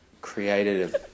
created